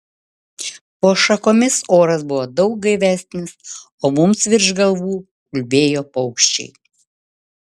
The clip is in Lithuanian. po šakomis oras buvo daug gaivesnis o mums virš galvų ulbėjo paukščiai